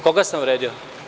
Koga sam uvredio?